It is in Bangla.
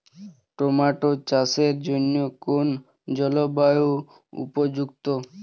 টোমাটো চাষের জন্য কোন জলবায়ু উপযুক্ত?